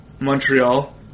Montreal